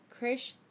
Krish